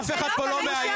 אף אחד כאן לא מאיים.